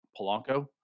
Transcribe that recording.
Polanco